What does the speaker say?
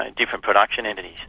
and different production entities.